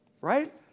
right